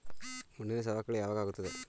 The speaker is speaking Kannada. ಮಣ್ಣಿನ ಸವಕಳಿ ಯಾವಾಗ ಆಗುತ್ತದೆ?